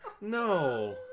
No